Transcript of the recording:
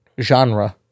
genre